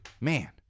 Man